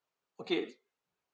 okay